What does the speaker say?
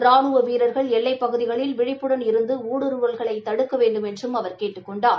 ராணுவ வீரர்கள் எல்லைப்பகுதிகளில் விழிப்புடன் இருந்து ஊடுறுவவ்களை தடுக்க வேண்டுமென்றும் அவர் கேட்டுக் கொண்டார்